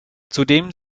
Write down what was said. zudem